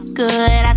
good